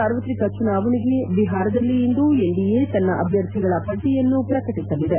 ಸಾರ್ವತ್ರಿಕ ಚುನಾವಣೆಗೆ ಬಿಹಾರದಲ್ಲಿಂದು ಎನ್ಡಿಎ ತನ್ನ ಅಭ್ಯರ್ಥಿಗಳ ಪಟ್ಟಿಯನ್ನು ಪ್ರಕಟಿಸಲಿದೆ